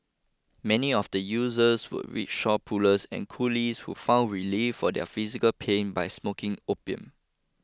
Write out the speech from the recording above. many of the users were rickshaw pullers and coolies who found relief for their physical pain by smoking opium